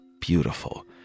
beautiful